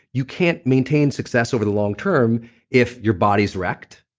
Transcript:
you can't maintain success over the long-term if your body's wrecked,